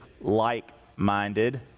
like-minded